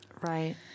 Right